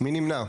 מי נמנע?